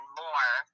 more